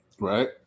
Right